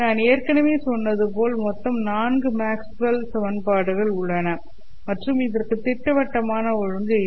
நான் ஏற்கனவே சொன்னது போல் மொத்தம் நான்கு மேக்ஸ்வெல் Maxwell's சமன்பாடுகள் உள்ளன மற்றும் இதற்கு திட்டவட்டமான ஒழுங்கு இல்லை